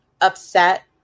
upset